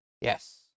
yes